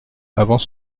avant